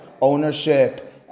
ownership